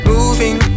Moving